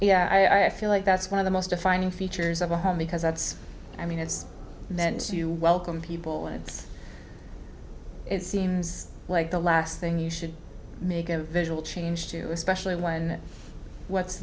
yeah i feel like that's one of the most defining features of a home because that's i mean it's meant to welcome people and it seems like the last thing you should make a visual change to especially when what's